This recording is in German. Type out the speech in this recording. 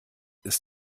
ist